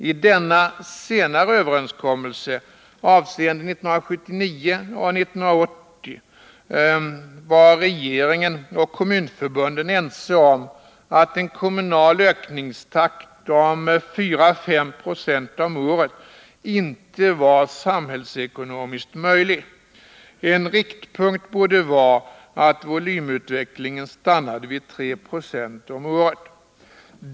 I den senaste överenskommelsen avseende 1979 och 1980 var regeringen och kommunförbunden ense om att en kommunal ökningstakt på 4aå5 20 om året inte var samhällsekonomiskt möjlig. En riktpunkt borde vara att volymutvecklingen stannade vid 3 26 om året.